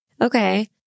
Okay